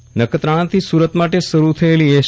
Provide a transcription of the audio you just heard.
સેવા નખત્રાણા થી સુરત માટે શરૂ થયેલી એસ